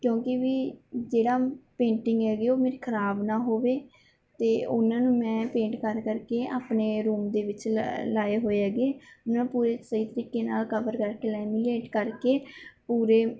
ਕਿਉਂਕਿ ਵੀ ਜਿਹੜੀ ਪੇਂਟਿੰਗ ਹੈਗੀ ਉਹ ਮੇਰੀ ਖਰਾਬ ਨਾ ਹੋਵੇ ਅਤੇ ਉਹਨਾਂ ਨੂੰ ਮੈਂ ਪੇਟ ਕਰ ਕਰਕੇ ਆਪਣੇ ਰੂਮ ਦੇ ਵਿੱਚ ਲਗਾਏ ਹੋਏ ਹੈਗੇ ਮੈਂ ਨਾ ਪੂਰੇ ਸਹੀ ਤਰੀਕੇ ਨਾਲ ਕਵਰ ਕਰਕੇ ਲੇਮੀਲੇਟ ਕਰਕੇ ਪੂਰੇ